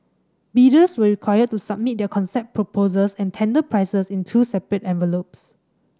bidders were required to submit their concept proposals and tender prices in two separate envelopes